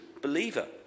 believer